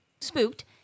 spooked